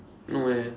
no eh